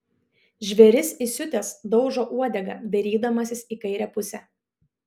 žvėris įsiutęs daužo uodega dairydamasis į kairę pusę